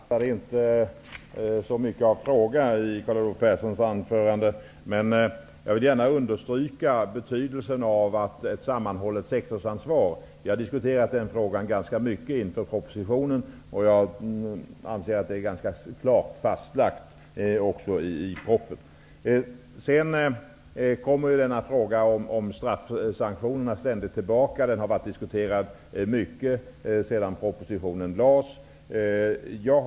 Herr talman! Jag uppfattade inte att det fanns så mycket av fråga i Carl Olov Perssons anförande. Jag vill gärna understryka betydelsen av ett sammanhållet sektorsansvar. Vi har diskuterat den frågan ganska mycket inför propositionen. Jag anser att det är ganska klart fastlagt i propositionen. Sedan kommer frågan om straffsanktionerna ständigt tillbaka. Den har diskuterats mycket sedan propositionen lades fram.